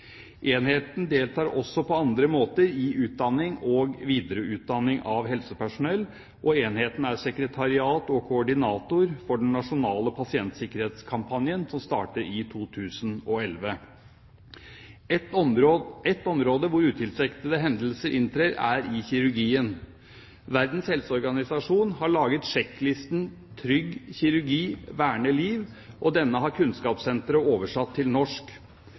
Enheten deltar også på andre måter i utdanning og videreutdanning av helsepersonell, og enheten er sekretariat og koordinator for den nasjonale pasientsikkerhetskampanjen som starter i 2011. Ett område hvor utilsiktede hendelser inntrer, er i kirurgien. Verdens helseorganisasjon har laget sjekklisten «Trygg kirurgi verner liv», og denne har Kunnskapssenteret oversatt til norsk.